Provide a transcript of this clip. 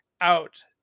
out